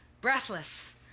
Breathless